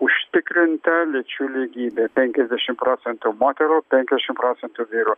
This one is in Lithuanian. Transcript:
užtikrinta lyčių lygybė penkiasdešimt procentų moterų penkiasdešimt procentų vyrų